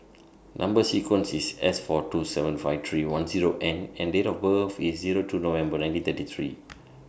Number sequence IS S four two seven five three one Zero N and Date of birth IS Zero two November nineteen thirty three